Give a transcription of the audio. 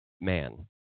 man